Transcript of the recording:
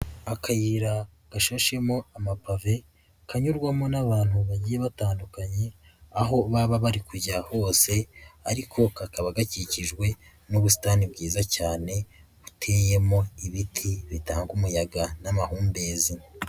Akayira gashashemo amapave kanyurwamo n'abantu bagiye batandukanye aho baba bari kujya hose ariko kakaba gakikijwe n'ubusitani bwiza cyane buteyemo ibiti bitanga umuyaga n'amahumbezi.